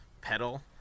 pedal